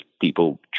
people